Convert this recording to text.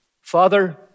Father